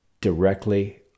directly